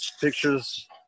pictures